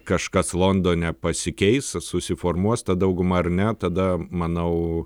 kažkas londone pasikeis susiformuos ta dauguma ar ne tada manau